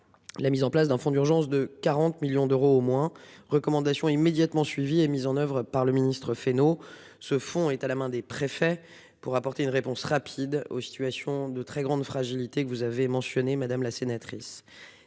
La mise en place d'un fonds d'urgence de 40 millions d'euros au moins recommandations immédiatement suivi et mises en oeuvre par le ministre-Fesneau se font état, la main des préfets pour apporter une réponse rapide aux situations de très grande fragilité que vous avez mentionnées, madame la sénatrice.